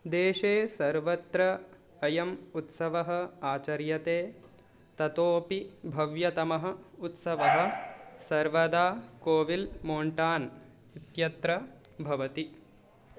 देशे सर्वत्र अयम् उत्सवः आचर्यते ततोपि भव्यतमः उत्सवः सर्वदा कोविल् मोण्टान् इत्यत्र भवति